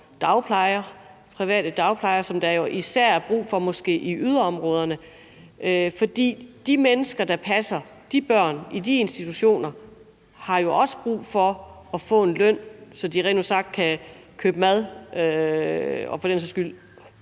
og private dagplejere, som der jo især er brug for i yderområderne. For de mennesker, der passer de børn i de institutioner, har jo også brug for at få en løn, så de rent ud sagt kan købe mad og for den sags skyld